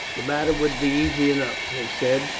the matter would be easy enough, they said,